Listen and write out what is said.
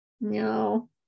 No